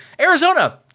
Arizona